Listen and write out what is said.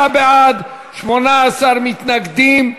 36 בעד, 18 מתנגדים.